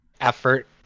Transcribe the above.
effort